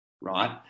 right